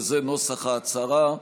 וזה נוסח ההצהרה: